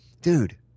dude